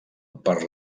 per